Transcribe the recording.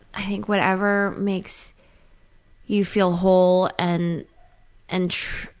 heck, whatever makes you feel whole and and